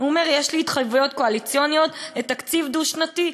הוא אומר: "יש לי התחייבויות קואליציוניות לתקציב דו-שנתי.